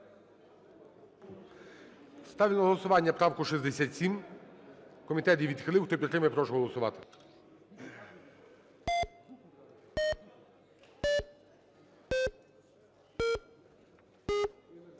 Ставлю на голосування правку 80. Комітет її відхилив. Хто підтримує, прошу голосувати.